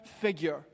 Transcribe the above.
figure